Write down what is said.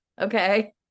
Okay